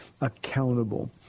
accountable